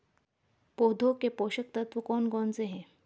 पौधों के पोषक तत्व कौन कौन से हैं?